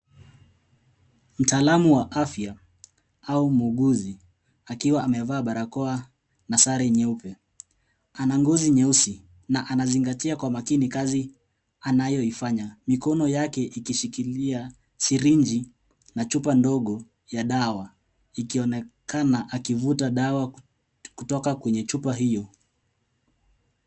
Mtaalamu wa afya au muuguzi akiwa amevaa barakoa na sare nyeupe. Ana ngozi nyeusi na anazingatia kwa makini kazi anayoifanya, mikono yake ikishikilia sirinji na chupa ndogo ya dawa ikionekana akivuta dawa kutoka kwenye chupa hiyo.